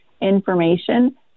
information